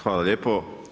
Hvala lijepo.